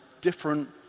different